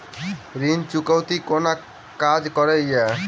ऋण चुकौती कोना काज करे ये?